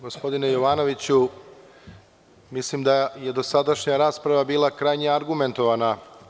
Gospodine Jovanoviću, mislim da je dosadašnja rasprava bila krajnje argumentovana.